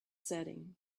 setting